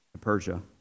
Persia